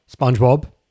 SpongeBob